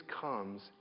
comes